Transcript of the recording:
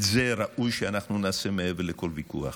את זה ראוי שאנחנו נעשה מעבר לכל ויכוח.